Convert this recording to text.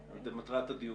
זה היה הדבר